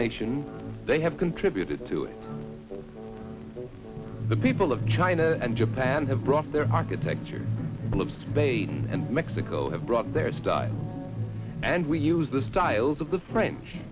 nation they have contributed to it the people of china and japan have brought their architecture of space and mexico have brought their style and we use the styles of the french